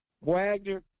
Wagner